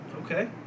Okay